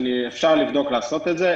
אפשר לבדוק איך לעשות את זה.